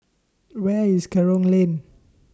Where IS Kerong Lane